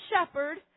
shepherd